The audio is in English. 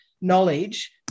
knowledge